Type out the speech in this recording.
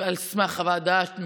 על סמך מחקרים